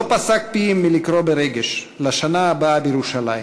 לא פסק פיהם מלקרוא ברגש: 'לשנה הבאה בירושלים'.